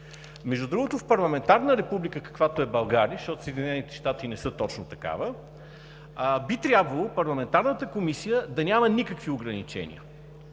Между другото, в парламентарна република, каквато е България, защото Съединените щати не са точно такава, би трябвало парламентарната комисия да няма никакви ограничения.